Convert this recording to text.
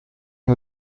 une